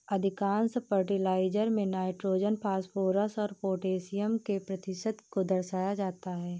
अधिकांश फर्टिलाइजर में nitrogen, phosphorus और पौटेशियम के प्रतिशत को दर्शाया जाता है